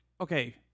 okay